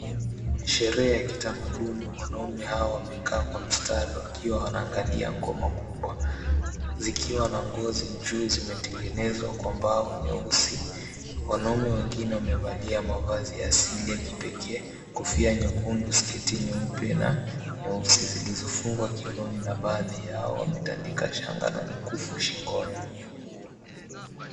Sherehe ya kitamaduni. Wanaume hawa wamekaa kwa mstari wakiwa wanaangalia ngoma kubwa zikiwa na ngozi. Juu zimetengenezwa kwa mbao nyeusi. Wanaume wengine wamevalia mavazi ya asili ya kipekee, kofia nyekundu, 𝑠keti nyeupe na nyeusi zilizofungwa kiunoni na baadhi yao wametandika shanga 𝑛a mikufu shingoni.